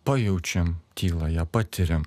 pajaučiam tylą ją patiriam